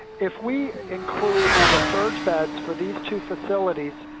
if we include the surge beds for these two facilities,